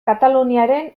kataluniaren